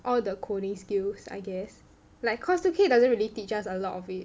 all the coding skills I guess like because 2 K doesn't really teach us a lot of it